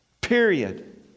period